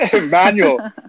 Manual